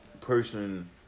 person